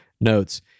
notes